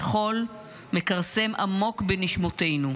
השכול מכרסם עמוק בנשמותינו,